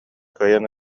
кыайан